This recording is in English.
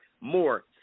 More